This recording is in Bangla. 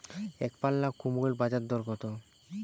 একপাল্লা কুমড়োর বাজার দর কত?